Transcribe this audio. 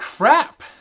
Crap